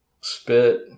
Spit